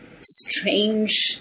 strange